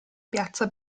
piazza